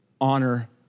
Honor